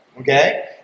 Okay